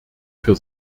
für